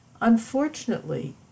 Unfortunately